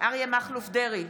אריה מכלוף דרעי,